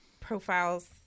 profiles